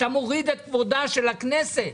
אתה מוריד את כבודה של הכנסת.